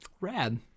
Rad